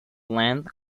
land